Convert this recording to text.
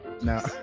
No